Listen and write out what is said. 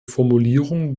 formulierung